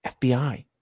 FBI